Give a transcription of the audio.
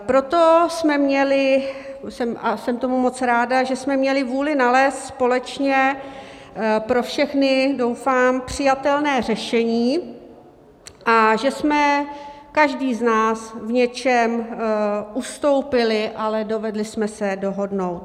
Proto jsme měli a jsem tomu moc ráda, že jsme měli vůli nalézt společně pro všechny doufám přijatelné řešení a že jsme každý z nás v něčem ustoupili, ale dovedli jsme se dohodnout.